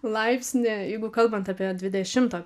laipsnį jeigu kalbant apie dvidešimto